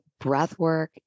Breathwork